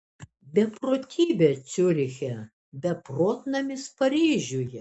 beprotybė ciuriche beprotnamis paryžiuje